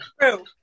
True